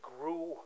grew